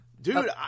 Dude